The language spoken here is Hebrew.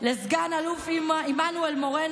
לסגן אלוף עמנואל מורנו?